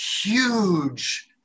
huge